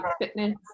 fitness